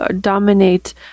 dominate